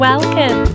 Welcome